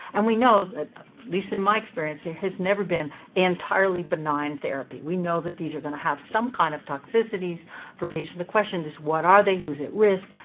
and we now, at least in my experience, there has never been an entirely benign therapy. we know that these are going to have some kind of toxicities for patients. the question is, what are they? who's at risk?